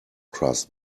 crust